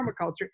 permaculture